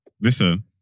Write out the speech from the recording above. Listen